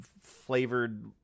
flavored